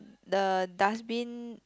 the dustbin